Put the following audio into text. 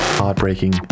Heartbreaking